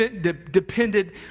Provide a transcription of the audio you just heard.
depended